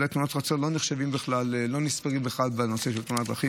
אולי תאונות חצר לא נחשבות בכלל ולא נספרות בכלל בנושא של תאונות דרכים,